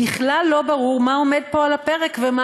בכלל לא ברור מה עומד פה על הפרק ומה